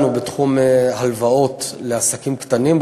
עשינו בתחום ההלוואות לעסקים קטנים.